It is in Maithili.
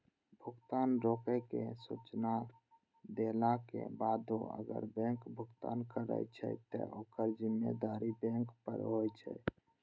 भुगतान रोकै के सूचना देलाक बादो अगर बैंक भुगतान करै छै, ते ओकर जिम्मेदारी बैंक पर होइ छै